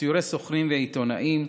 סיורי סוכנים ועיתונאים,